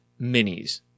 minis